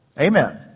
Amen